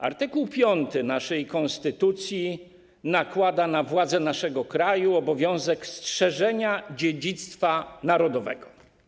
Art. 5 konstytucji nakłada na władze naszego kraju obowiązek strzeżenia dziedzictwa narodowego.